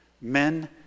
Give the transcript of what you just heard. Men